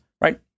right